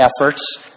efforts